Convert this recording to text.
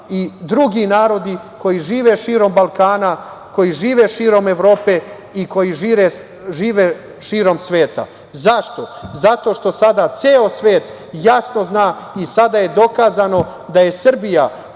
i drugi narodi koji žive širom Balkana, koji žive širom Evrope i koji žive širom sveta. Zašto? Zato što sada ceo svet jasno zna i sada je dokazano da Srbija